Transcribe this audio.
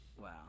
Wow